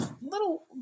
little